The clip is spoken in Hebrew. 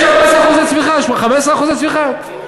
יש 14% צמיחה, 15% צמיחה?